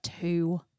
two